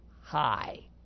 high